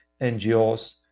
NGOs